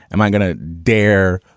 am i going to dare?